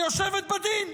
כיושבת בדין.